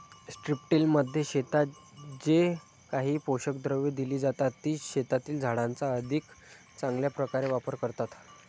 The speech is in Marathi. स्ट्रिपटिलमध्ये शेतात जे काही पोषक द्रव्ये दिली जातात, ती शेतातील झाडांचा अधिक चांगल्या प्रकारे वापर करतात